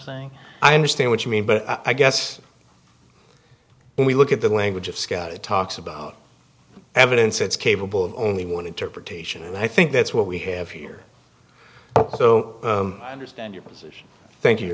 saying i understand what you mean but i guess when we look at the language of scott it talks about evidence it's capable of only one interpretation and i think that's what we have here so i understand your position thank